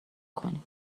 کنی